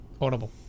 Audible